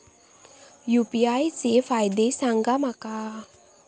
UPI चे फायदे सांगा माका?